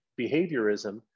behaviorism